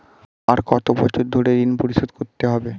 আর কত বছর ধরে ঋণ পরিশোধ করতে হবে?